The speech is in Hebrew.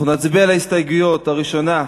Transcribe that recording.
אנחנו נצביע על ההסתייגות הראשונה,